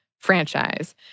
franchise